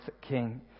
King